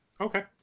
okay